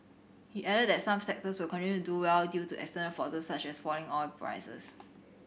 he added that some sectors will continue to do well due to external forces such as falling oil prices